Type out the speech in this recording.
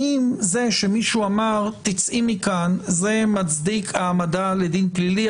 האם זה שמישהו אמר "תצאי מכאן" מצדיק העמדה לדין פלילי.